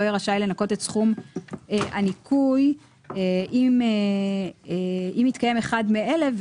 יהיה רשאי לנכות את סכום הניכוי אם התקיים אחד מאלה,